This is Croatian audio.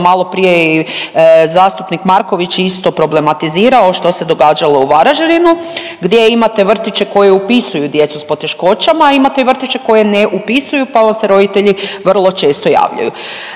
malo prije je i zastupnik Marković isto problematizirao što se događalo u Varaždinu gdje imate vrtiće koji upisuju djecu s poteškoćama, a imate i vrtiće koji ne upisuju pa vam se roditelji vrlo često javljaju.